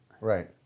Right